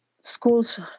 schools